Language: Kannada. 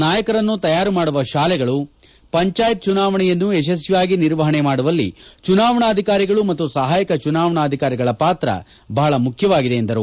ನಾಯಕರನ್ನು ತಯಾರು ಮಾಡುವ ಶಾಲೆಗಳು ಪಂಜಾಯಿತಿ ಚುನಾವಣೆಯನ್ನು ಯಶಸ್ವಿಯಾಗಿ ನಿರ್ವಹಣೆ ಮಾಡುವಲ್ಲಿ ಚುನಾವಣಾಧಿಕಾರಿಗಳು ಮತ್ತು ಸಹಾಯಕ ಚುನಾವಣಾಧಿಕಾರಿಗಳ ಪಾತ್ರ ಬಹಳ ಮುಖ್ಯವಾಗಿದೆ ಎಂದರು